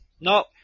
No